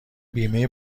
بیمه